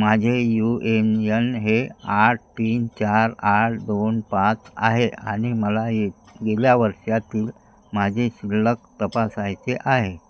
माझे U A N हे आठ तीन चार आठ दोन पाच आहे आणि मला ये गेल्या वर्षांतील माझे शिल्लक तपासायचे आहे